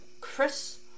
Chris